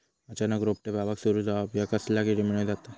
अचानक रोपटे बावाक सुरू जवाप हया कसल्या किडीमुळे जाता?